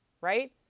Right